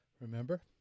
remember